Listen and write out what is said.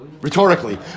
Rhetorically